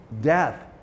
death